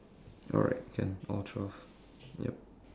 alright can all twelve yup